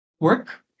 work